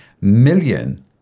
million